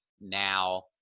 now